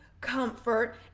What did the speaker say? comfort